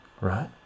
right